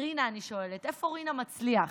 רינה, אני שואלת, איפה רינה מצליח?